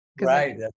Right